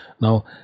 Now